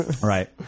Right